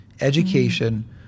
education